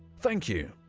thank you!